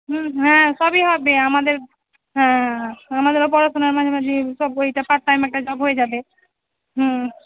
হুম হ্যাঁ সবই হবে আমাদের হ্যাঁ আমাদেরও পড়াশোনার মাঝামাঝি তবু এইটা পার টাইম একটা জব হয়ে যাবে হুম